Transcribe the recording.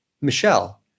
Michelle